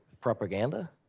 Propaganda